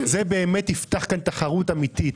זה באמת יפתח כאן תחרות אמיתית.